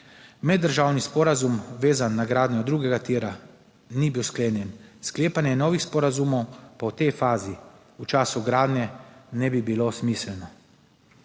Meddržavni sporazum, vezan na gradnjo drugega tira, ni bil sklenjen, sklepanje novih sporazumov pa v tej fazi, v času gradnje, ne bi bilo smiselno.